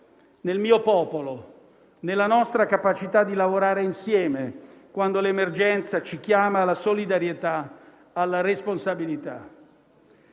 nel mio popolo, nella nostra capacità di lavorare insieme quando l'emergenza ci chiama alla solidarietà, alla responsabilità.